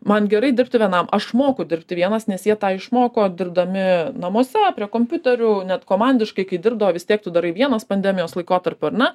man gerai dirbti vienam aš moku dirbti vienas nes jie tą išmoko dirbdami namuose prie kompiuterių net komandiškai kai dirbdavo vis tiek tu darai vienas pandemijos laikotarpiu ar ne